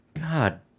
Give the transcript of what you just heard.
god